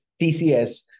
TCS